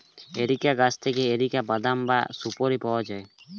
areca গাছ থেকে areca বাদাম বা সুপোরি পাওয়া যায়